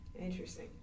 Interesting